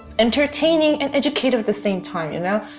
entertaining and educative at the same time, you know?